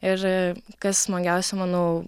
ir kas smagiausia manau